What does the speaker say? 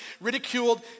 ridiculed